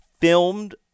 filmed